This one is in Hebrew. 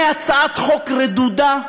הצעת חוק רדודה,